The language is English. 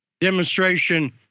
demonstration